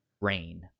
rain